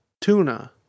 tuna